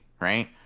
right